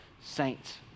saints